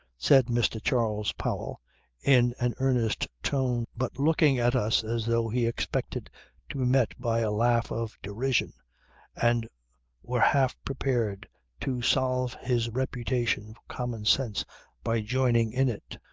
said mr. charles powell in an earnest tone but looking at us as though he expected to be met by a laugh of derision and were half prepared to salve his reputation for common sense by joining in it.